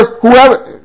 whoever